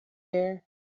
here